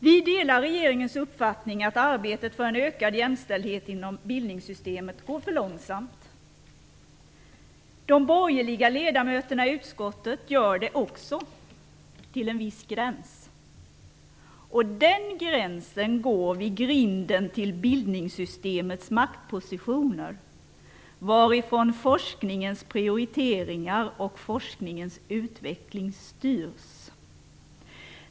Vi delar regeringens uppfattning att arbetet för en ökad jämställdhet inom bildningssystemet går för långsamt. De borgerliga ledamöterna i utskottet gör det också, till en viss gräns. Den gränsen går vid grinden till bildningssystemets maktpositioner, varifrån forskningens prioriteringar och forskningens utveckling styrs.